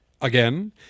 Again